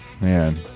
Man